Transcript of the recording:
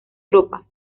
tropas